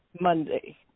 Monday